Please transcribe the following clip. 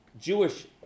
Jewish